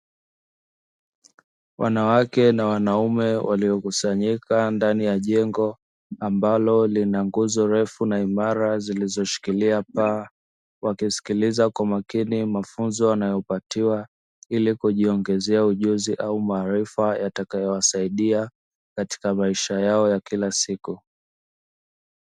Wanawake na wanaume waliokusanyika ndani ya jengo ambalo lina nguzo refu na imara, zilizoshikilia nyumba wakisikiliza kwa makini mafunzo wanayopatiwa, ili kujiongezea ujuzi au maarifa yatakayo wasaidia katika maisha yao ya kila siku.